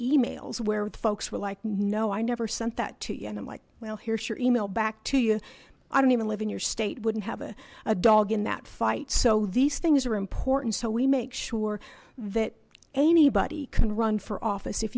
emails where folks were like no i never sent that to you and i'm like well here's your email back to you i don't even live in your state wouldn't have a dog in that fight so these things are important so we make sure that anybody can run for office if